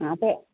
ആ അപ്പം